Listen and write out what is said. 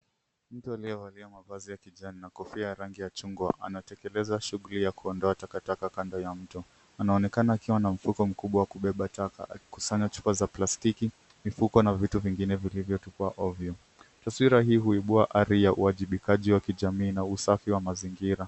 Mtu aliyevalia mavazi ya kijani na kofia ya rangi ya chungwa anatekeleza shughuli ya kuondoa takataka kando ya mto. Anaonekana akiwa na mfuko mkubwa wa kubeba taka akikusanya chupa za plastiki mifuko na vitu vingine vilivyotupwa ovyo. Taswira hii huibua ari ya uwajibikaji wa kijamii na usafi wa mazingira.